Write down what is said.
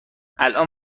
الآن